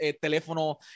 teléfono